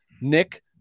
Nick